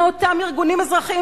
מאותם ארגונים אזרחיים,